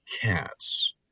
cats